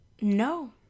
no